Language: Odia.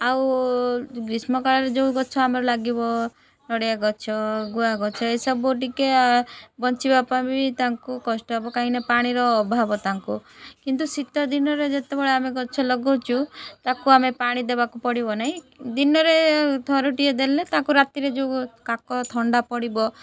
ଆଉ ଗ୍ରୀଷ୍ମକାଳରେ ଯେଉଁ ଗଛ ଆମର ଲାଗିବ ନଡ଼ିଆ ଗଛ ଗୁଆ ଗଛ ଏସବୁ ଟିକେ ବଞ୍ଚିବା ପାଇଁ ବି ତାଙ୍କୁ କଷ୍ଟ ହେବ କାହିଁକିନା ପାଣିର ଅଭାବ ତାଙ୍କୁ କିନ୍ତୁ ଶୀତଦିନରେ ଯେତେବେଳେ ଆମେ ଗଛ ଲଗାଉଛୁ ତାକୁ ଆମେ ପାଣି ଦେବାକୁ ପଡ଼ିବ ନାହିଁ ଦିନରେ ଥରୁଟିଏ ଦେଲେ ତାଙ୍କୁ ରାତିରେ ଯେଉଁ କାକର ଥଣ୍ଡା ପଡ଼ିବ